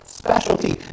Specialty